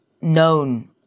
known